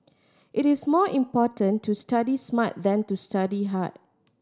it is more important to study smart than to study hard